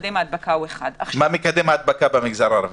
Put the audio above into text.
מקדם ההדבק הא 1. מה מקדם ההדבקה במגזר הערבי?